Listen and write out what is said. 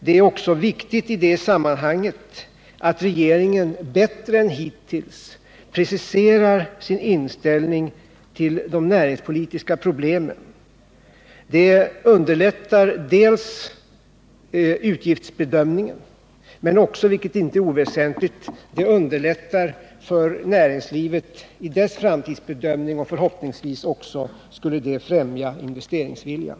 Det är också viktigt i sammanhanget att regeringen bättre än hittills preciserar sin inställning till de näringspolitiska problemen. Dels underlättar det utgiftsbedömningen, dels underlättar det för näringslivet, vilket inte är oväsentligt, i dess framtidsbedömning — förhoppningsvis skulle det också främja investeringsviljan.